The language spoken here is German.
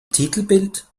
titelbild